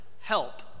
help